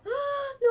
no